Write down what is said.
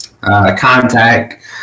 contact